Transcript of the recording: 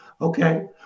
Okay